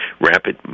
rapid